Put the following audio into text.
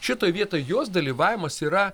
šitoj vietoj jos dalyvavimas yra